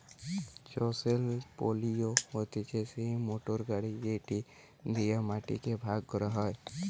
chisel পিলও হতিছে সেই মোটর গাড়ি যেটি দিয়া মাটি কে ভাগ করা হয়